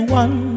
one